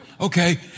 Okay